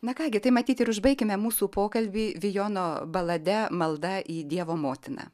na ką gi tai matyt ir užbaikime mūsų pokalbį vijono balade malda į dievo motiną